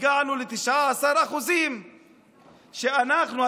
הגענו ל-19%; שאנחנו,